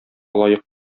лаек